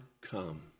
come